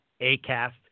Acast